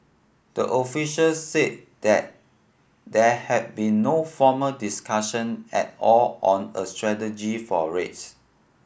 the officials said there there have been no formal discussion at all on a strategy for rates